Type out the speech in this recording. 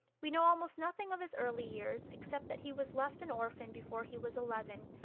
we know almost nothing of his early years except that he was left an orphan before he was eleven,